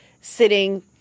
sitting